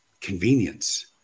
convenience